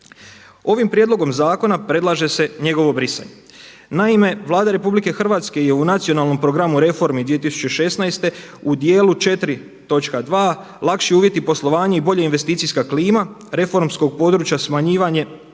Ovim prijedlogom zakona predlaže se njegovo brisanje. Naime, Vlada RH je u nacionalnom programu reformi 2016. u dijelu 4.2 lakši uvjeti poslovanja i bolja investicijska klima reformskog područja smanjivanje,